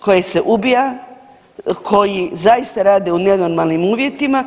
koji se ubija, koji zaista rade u nenormalnim uvjetima.